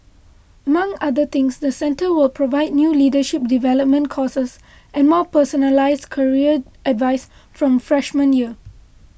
among other things the centre will provide new leadership development courses and more personalised career advice from freshman year